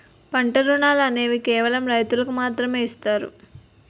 పంట రుణాలు అనేవి కేవలం రైతులకు మాత్రమే ఇస్తారు